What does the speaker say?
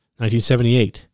1978